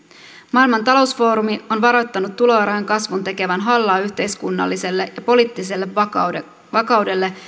maailman talousfoorumi on varoittanut tuloerojen kasvun tekevän hallaa yhteiskunnalliselle ja poliittiselle vakaudelle vakaudelle